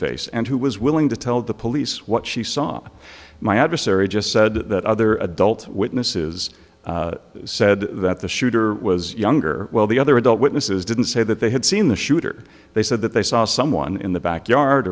face and who was willing to tell the police what she saw my adversary just said that other adult witnesses said that the shooter was younger well the other adult witnesses didn't say that they had seen the shooter they said that they saw someone in the backyard